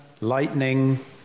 lightning